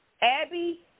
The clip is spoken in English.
Abby